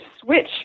switch